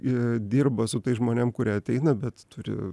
dirba su tais žmonėm kurie ateina bet turi